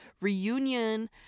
reunion